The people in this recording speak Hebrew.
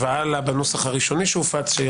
7 הלאה בנוסח הראשוני שהופץ,